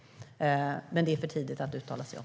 Men det är för tidigt att uttala sig om.